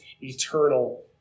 eternal